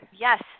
Yes